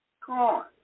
Corn